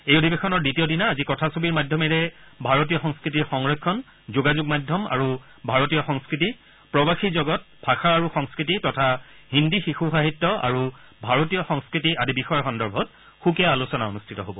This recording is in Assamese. এই অধিবেশনৰ দ্বিতীয় দিনা আজি কথাছবিৰ মাধ্যমেৰে ভাৰতীয় সংস্কৃতিৰ সংৰক্ষণ যোগাযোগ মাধ্যম আৰু ভাৰতীয় সংস্কৃতি প্ৰৱাসী জগত ঃ ভাষা আৰু সংস্কৃতি তথা হিন্দী শিশু সাহিত্য আৰু ভাৰতীয় সংস্কৃতি আদি বিষয় সন্দৰ্ভত সুকীয়া আলোচনা অনুষ্ঠিত হব